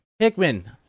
Hickman